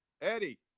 Eddie